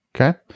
Okay